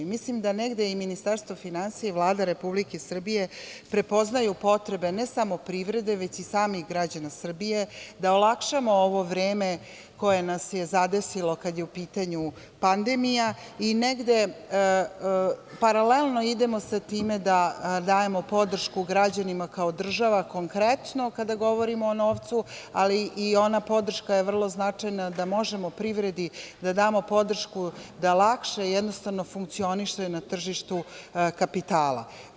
Mislim da negde i Ministarstvo finansija i Vlada Republike Srbije prepoznaju potrebe ne samo privrede već i samih građana Srbije da olakšamo ovo vreme koje nas je zadesilo kada je u pitanju pandemija i negde paralelno idemo sa time da dajemo podršku građanima kao država konkretno kada govorimo o novcu, ali i ona podrška je vrlo značajna da možemo privredi da damo podršku da lakše funkcioniše na tržištu kapitala.